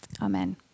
Amen